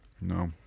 no